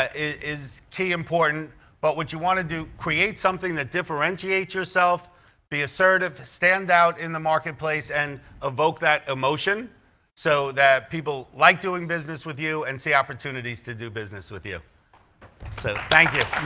ah is key important but what you want to do create something that differentiates yourself be assertive stand out in the marketplace and evoke that emotion so that people like doing business with you and see opportunities to do business with you so thank you